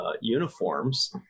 uniforms